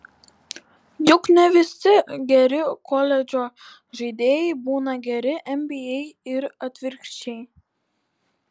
juk ne visi geri koledžo žaidėjai būna geri nba ir atvirkščiai